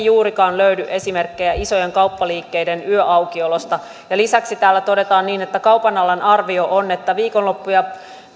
juurikaan löydy esimerkkejä isojen kauppaliikkeiden yöaukiolosta ja lisäksi täällä todetaan niin että kaupan alan arvio on että viikonloppu ja